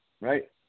right